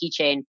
keychain